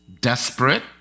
desperate